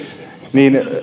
niin